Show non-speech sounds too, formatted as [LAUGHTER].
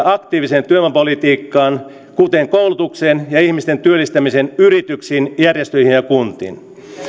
[UNINTELLIGIBLE] aktiiviseen työvoimapolitiikkaan kuten koulutukseen ja ihmisten työllistämiseen yrityksiin järjestöihin ja kuntiin